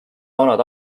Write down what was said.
vanad